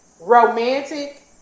romantic